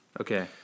Okay